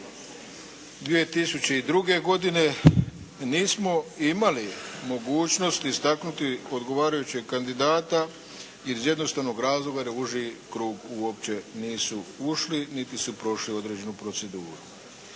2002. godine nismo imali mogućnosti istaknuti odgovarajućeg kandidata iz jednostavnog razloga jer u uži krug uopće nisu ušli niti su prošli određenu proceduru